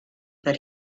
that